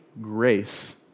grace